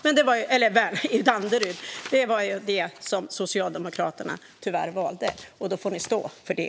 Men det var detta ni socialdemokrater valde, och då får ni stå för det.